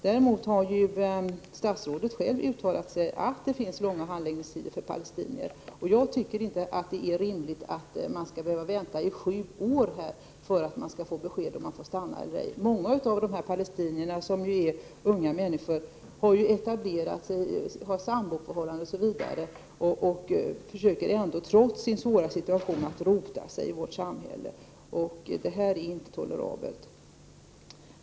Däremot har statsrådet själv uttalat att det förekommer långa handläggningstider för palestinier. Jag tycker inte att det är rimligt att man skall behöva vänta i sju år på besked om man skall få stanna eller ej. Många unga palestinier har etablerat sig, har samboförhållanden osv., och försöker trots sin svåra situation att rota sig i vårt samhälle. Att de skall behöva vänta i åratal på besked är inte tolerabelt.